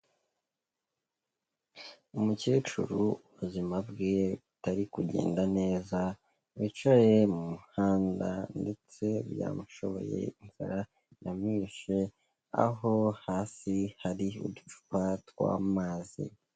Umukecuru ubuzima bwe butari kugenda neza wicaye mu muhanda ndetse byamushobeye inzara yamwishe, aho hasi hari uducupa tw'amazi.